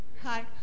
Hi